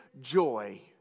joy